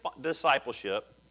discipleship